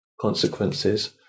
consequences